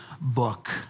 book